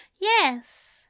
Yes